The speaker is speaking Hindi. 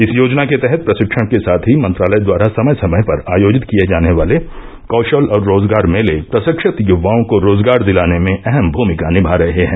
इस योजना के तहत प्रशिक्षण के साथ ही मंत्रालय द्वारा समय समय पर आयोजित किए जाने वाले कौशल और रोजगार मेले प्रशिक्षित युवाओं को रोजगार दिलाने में अहम भूमिका निभा रहे हैं